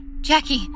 Jackie